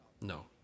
No